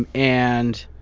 and and,